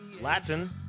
Latin